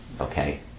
okay